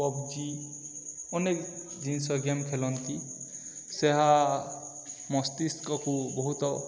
PUBG ଅନେକ ଜିନିଷ game ଖେଳନ୍ତି ସେହା ମସ୍ତିସ୍କକୁ ବହୁତ